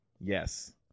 Yes